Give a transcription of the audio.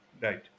Right